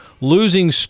losing